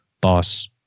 boss